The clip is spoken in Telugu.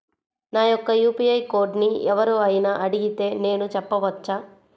నా యొక్క యూ.పీ.ఐ కోడ్ని ఎవరు అయినా అడిగితే నేను చెప్పవచ్చా?